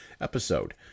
episode